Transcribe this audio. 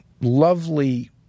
lovely